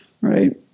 right